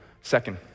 Second